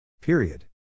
Period